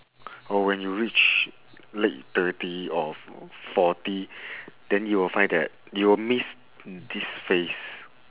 or when you reach late thirty or f~ forty then you'll find that you'll miss this face